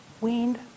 weaned